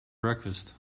breakfast